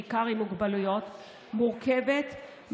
בעיקר עם מוגבלויות מורכבות,